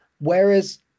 Whereas